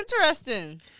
interesting